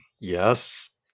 yes